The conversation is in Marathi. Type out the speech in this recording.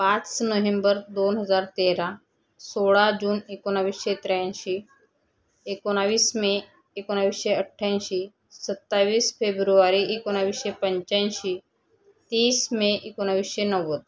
पाच नोहेंबर दोन हजार तेरा सोळा जून एकोणावीसशे त्र्याऐंशी एकोणावीस मे एकोणावीसशे अठ्याऐंशी सत्तावीस फेब्रुवारी एकोणावीसशे पंच्याऐंशी तीस मे एकोणावीसशे नव्वद